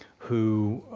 who,